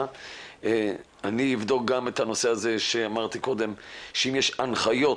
אני אבדוק גם את הנושא הזה שאמרתי קודם שאם יש הנחיות